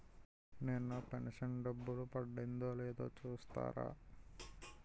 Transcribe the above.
నా pension డబ్బులు పడిందో లేదో చూస్తారా?